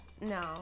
No